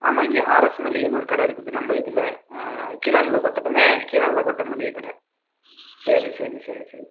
ஆமாம் இங்கே ஆர்எஸ் மளிகைன்னு ஒரு கடை இருக்குது நம்ம இதில் கீழானல்ல கோட்டை தானே கீழானல்ல கோட்டை மளிகைக்கடை சரி சரி சரி சரி